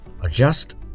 adjust